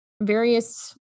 various